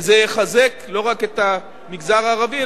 וזה יחזק לא רק את המגזר הערבי,